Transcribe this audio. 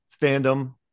Fandom